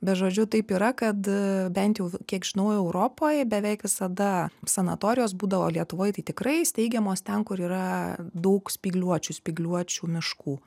bet žodžiu taip yra kad bent jau kiek žinau europoj beveik visada sanatorijos būdavo lietuvoj tai tikrai steigiamos ten kur yra daug spygliuočių spygliuočių miškų